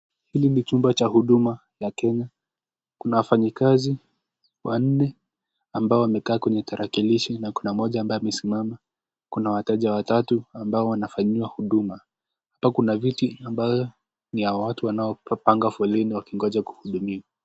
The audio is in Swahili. Hili ni chumba cha Huduma ya Kenya kuna wafanyikazi wanne ambao wamekaa kwenye tarakillishi na kuna moja ambaye amesimama na wateja watatu ambao wanafanyiwa huduma hapa kuna viti ambayo ni ya watu wanapanga foleni wakingojea kuhudumiwa.